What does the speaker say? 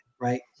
right